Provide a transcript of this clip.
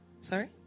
Sorry